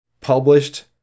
published